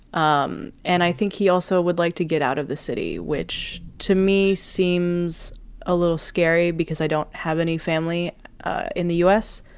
um and i think he also would like to get out of the city, which to me seems a little scary because i don't have any family in the u s.